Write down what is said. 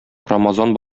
рамазан